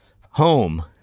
home